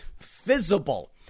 visible